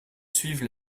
suivent